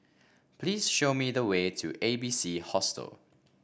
please show me the way to A B C Hostel